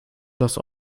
das